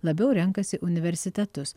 labiau renkasi universitetus